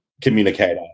communicator